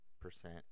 percent